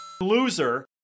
loser